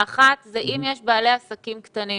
אם יש בעלי עסקים קטנים